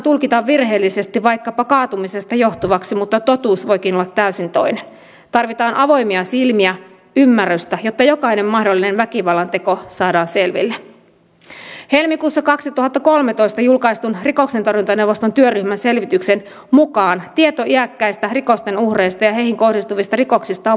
se on aivan olennaisimpia kysymyksiä koska meillä on kaksi itsehallintoaluetta on se kunta ja sitten on se uusi maakunnan tasoinen itsehallintoalue ja meidän pitää nyt tässä valmistelun tulevina kuukausina pohtia se mikä niitten välinen suhde on